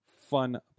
fun